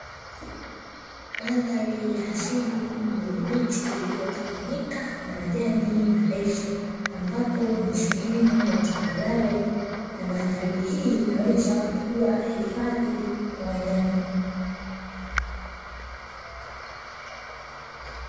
Mandhari ya asili yenye miti iliyotawanyika na majani marefu ambapo ni sehemu ya tambarare, na mandhari hii inaweza kuwa hifadhi ya wanyama.